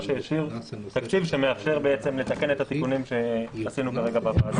מה שהשאיר תקציב שמאפשר לתקן את התיקונים שעשינו כרגע בוועדה.